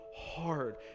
Hard